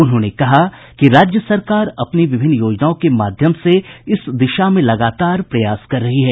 उन्होंने कहा कि राज्य सरकार अपनी विभिन्न योजनाओं के माध्यम से इस दिशा में लगातार प्रयास कर रही है